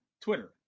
Twitter